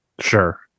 Sure